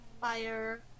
fire